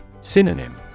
Synonym